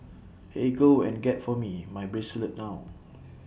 eh go and get for me my bracelet now